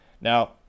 Now